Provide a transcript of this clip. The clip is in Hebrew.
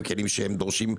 הם כלים שהם דורשים,